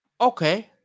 okay